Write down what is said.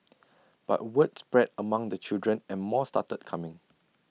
but word spread among the children and more started coming